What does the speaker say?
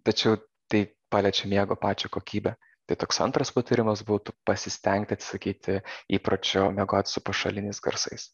tačiau tai paliečia miego pačią kokybę tai toks antras patarimas būtų pasistengti atsisakyti įpročio miegot su pašaliniais garsais